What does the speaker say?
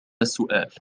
السؤال